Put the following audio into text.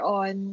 on